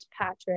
Patrick